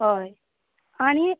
हय आनी